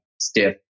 stiff